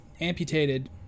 amputated